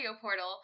portal